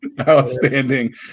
Outstanding